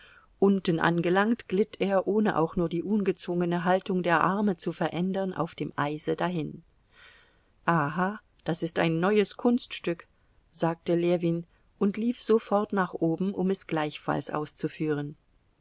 unten angelangt glitt er ohne auch nur die ungezwungene haltung der arme zu verändern auf dem eise dahin aha das ist ein neues kunststück sagte ljewin und lief sofort nach oben um es gleichfalls auszuführen